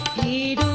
the